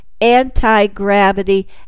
anti-gravity